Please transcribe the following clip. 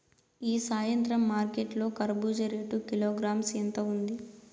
ఈ సాయంత్రం మార్కెట్ లో కర్బూజ రేటు కిలోగ్రామ్స్ ఎంత ఉంది?